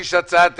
נגיש הצעת תקציב?